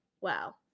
Wow